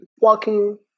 walking